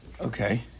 Okay